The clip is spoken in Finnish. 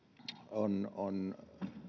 on on